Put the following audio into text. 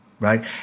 Right